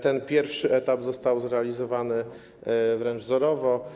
ten pierwszy etap został zrealizowany wręcz wzorowo.